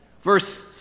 Verse